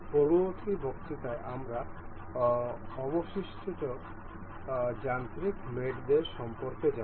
পরবর্তী বক্তৃতায় আমরা অবশিষ্ট যান্ত্রিক মেটদের সম্পর্কে যাব